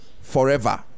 forever